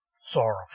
sorrowful